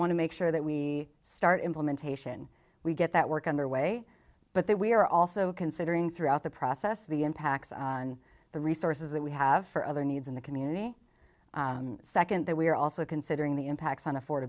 want to make sure that we start implementation we get that work underway but that we are also considering throughout the process the impacts on the resources that we have for other needs in the community second that we are also considering the impacts on